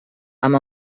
amb